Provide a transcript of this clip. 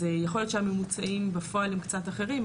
אז יכול להיות שהממוצעים בפועל הם קצת אחרים,